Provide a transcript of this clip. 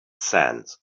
sands